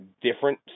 different